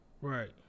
Right